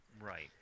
Right